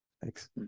Thanks